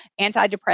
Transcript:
antidepressant